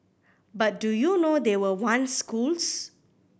but do you know they were once schools